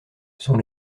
sont